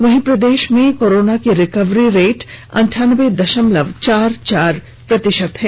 वहीं प्रदेश में कोरोना की रिकवरी रेट अनठानबे दशमलव चार चार प्रतिशत हैं